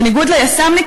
בניגוד ליס"מניקים,